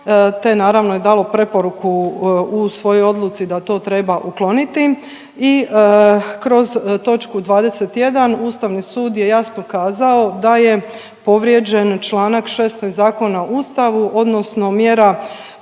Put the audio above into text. te naravno je dalo preporuku u svojoj odluci da to treba ukloniti i kroz točku 21, Ustavni sud je jasno kazao da je povrijeđen čl. 16 zakona Ustavu odnosno mjera